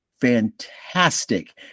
fantastic